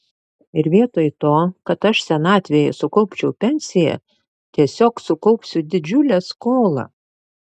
ir vietoj to kad aš senatvėje sukaupčiau pensiją tiesiog sukaupsiu didžiulę skolą